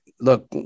Look